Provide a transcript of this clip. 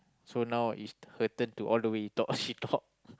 so now it's her turn to all the way talk she talk